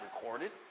recorded